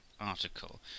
article